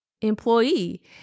employee